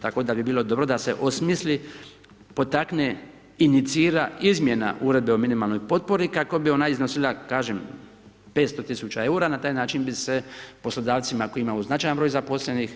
Tako da bi bilo dobro da se osmisli, potakne, inicira izmjena Uredbe o minimalnoj potpori kako bi ona iznosila kažem 500 tisuća eura i na taj način bi se poslodavcima koji imaju značajan broj zaposlenih